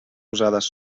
usades